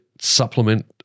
supplement